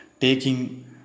taking